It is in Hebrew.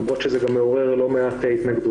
למרות שזה גם מעורר לא מעט התנגדות.